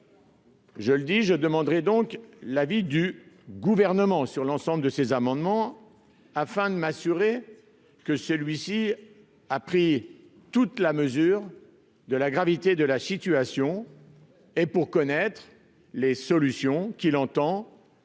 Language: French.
atteinte. Je demanderai donc l'avis du Gouvernement sur l'ensemble de ces amendements. Je voudrais m'assurer que l'exécutif a pris toute la mesure de la gravité de la situation et connaître les solutions qu'il entend